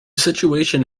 situation